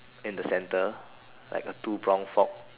in the center like a two pronged fork